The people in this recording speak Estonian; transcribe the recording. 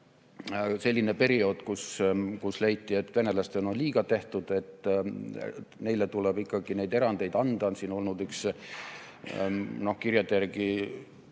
olnud periood, kus leiti, et venelastele on liiga tehtud ja et neile tuleb ikkagi neid erandeid anda. Siin on olnud üks kirjade järgi